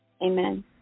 Amen